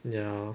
ya